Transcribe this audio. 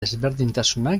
desberdintasunak